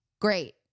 great